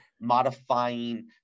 modifying